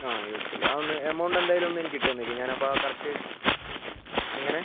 ആ ഇരുന്നൂറ്റി ചില്ലറ അത് ഒന്ന് എമൗണ്ട് എന്തായാലും എനിക്ക് ഇട്ട് തന്നേക്ക് ഞാൻ അപ്പോൾ ആ കറക്റ്റ് എങ്ങനെ